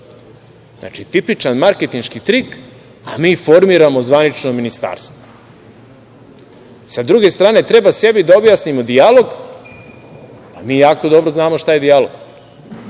Znači, tipičan marketinški trik, a mi formirano zvanično ministarstvo. Sa druge strane, treba sebi da objasnimo dijalog, a mi jako dobro znamo šta je dijalog.